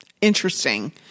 Interesting